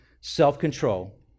self-control